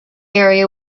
area